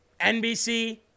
NBC